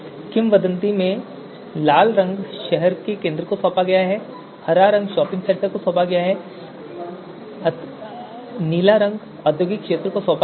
किंवदंती में लाल रंग शहर के केंद्र को सौंपा गया है हरा रंग शॉपिंग सेंटर को सौंपा गया है और नीला रंग औद्योगिक क्षेत्र को सौंपा गया है